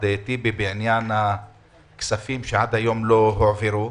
טיבי בעניין הכספים שעד היום לא הועברו.